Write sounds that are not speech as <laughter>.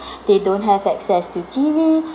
<breath> they don't have access to T_V